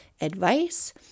advice